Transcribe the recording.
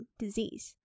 disease